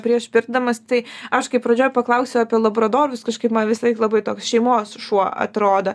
prieš pirkdamas tai aš kai pradžioj paklausiau apie labradorus kažkaip man visą laiką labai toks šeimos šuo atrodo